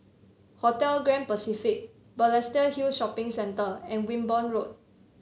Hotel Grand Pacific Balestier Hill Shopping Centre and Wimborne Road